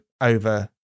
over